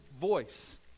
voice